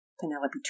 Penelope